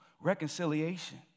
reconciliation